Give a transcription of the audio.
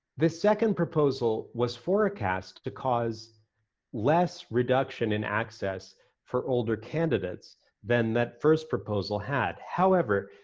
this second proposal was forecast to cause less reduction in access for older candidates than that first proposal had. however,